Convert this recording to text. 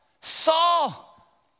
Saul